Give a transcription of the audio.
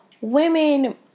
women